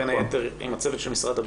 כמו כן, אתה אומר שבתוך חודש זאת